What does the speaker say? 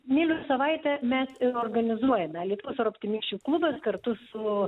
myliu savaitę mes ir organizuojame alytaus tor optimisčių klubas kartu su